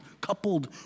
coupled